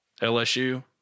LSU